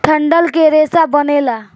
डंठल के रेसा बनेला